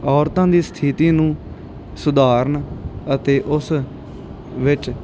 ਔਰਤਾਂ ਦੀ ਸਥਿਤੀ ਨੂੰ ਸੁਧਾਰਨ ਅਤੇ ਉਸ ਵਿੱਚ